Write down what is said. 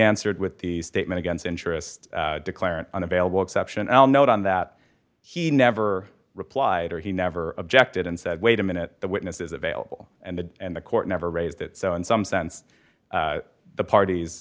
answered with the statement against interest declarant unavailable exception i'll note on that he never replied or he never objected and said wait a minute the witness is available and the and the court never raised it so in some sense the parties